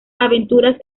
aventuras